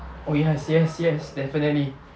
oh yes yes yes definitely